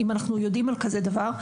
אם אנחנו יודעים על כזה דבר,